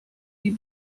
die